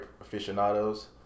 aficionados